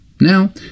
Now